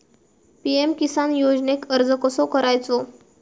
PM Kisan योजनेक अर्ज कसो करायचो?